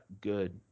good